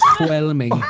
Overwhelming